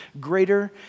greater